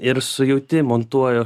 ir su jauti montuoju